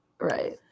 Right